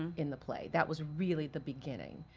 in the play, that was really the beginning